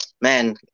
man